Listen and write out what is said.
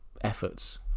efforts